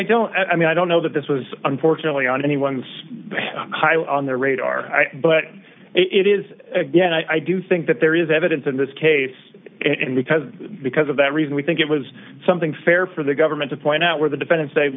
i don't i mean i don't know that this was unfortunately on anyone's high on their radar but it is again i do think that there is evidence in this case and because because of that reason we think it was something fair for the government to point out where the defendants say